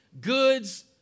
goods